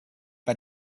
bei